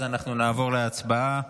אז אנחנו נעבור להצבעה.